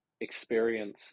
experience